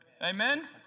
Amen